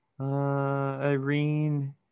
Irene